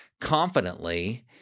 confidently